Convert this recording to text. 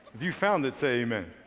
you found it say amen.